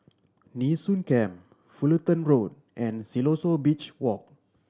Nee Soon Camp Fullerton Road and Siloso Beach Walk